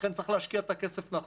לכן, צריך להשקיע את הכסף נכון.